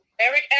Eric